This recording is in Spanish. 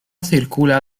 circula